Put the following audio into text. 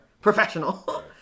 professional